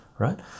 right